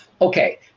Okay